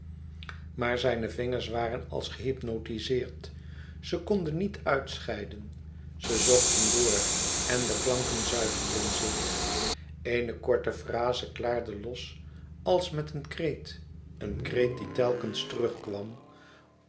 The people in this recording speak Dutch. maar zijne vingers waren als gehypnotizeerd ze konden niet uitscheiden ze zochten door en de klanken zuiverden zich eene korte fraze klaarde los als met een kreet een kreet die telkens terugkwam